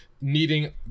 needing